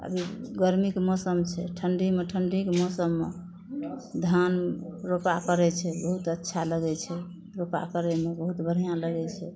अभी गरमीके मौसम छै ठण्डीमे ठण्डीके मौसम मे धान रोपा करय छै बहुत अच्छा लगय छै रोपा करयमे बहुत बढ़िआँ लगय छै